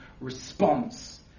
response